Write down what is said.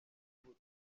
imbuto